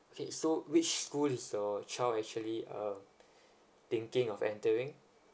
okay so which school is your child actually um thinking of entering